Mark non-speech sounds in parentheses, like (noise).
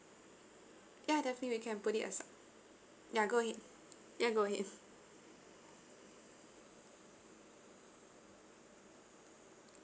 yeah definitely we can put it asi~ yeah go ahead yeah go ahead (laughs)